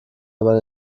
aber